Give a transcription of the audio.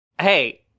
Hey